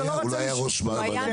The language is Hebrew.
הוא היה מעולה.